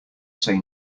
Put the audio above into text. say